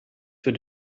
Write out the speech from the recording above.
für